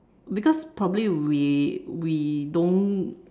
because probably we we don't